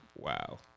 Wow